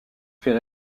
fait